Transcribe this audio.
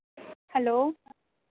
hello